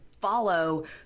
follow